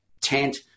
tent